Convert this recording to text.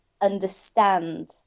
understand